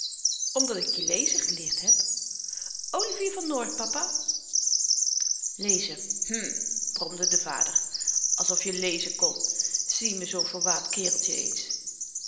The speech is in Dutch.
omdat ik je lezen geleerd heb olivier van noort papa lezen hm bromde de vader alsof je lezen kon zie me zoo'n verwaand kereltjen eens